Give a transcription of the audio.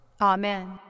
Amen